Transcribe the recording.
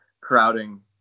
crowding